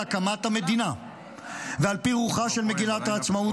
הקמת המדינה ועל פי רוחה של מגילת העצמאות,